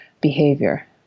behavior